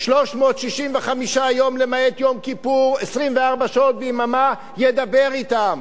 365 יום למעט יום כיפור, 24 שעות ביממה, ידבר אתם,